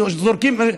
שזורקים,